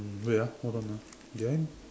um wait ah hold on ah did I